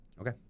Okay